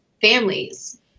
families